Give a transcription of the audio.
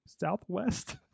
southwest